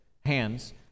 hands